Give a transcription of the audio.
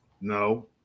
No